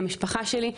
למשפחה שלי,